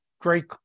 great